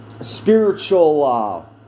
spiritual